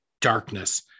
darkness